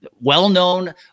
well-known